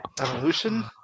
evolution